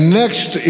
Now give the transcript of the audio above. next